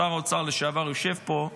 שר האוצר לשעבר יושב פה,